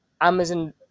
Amazon